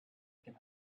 can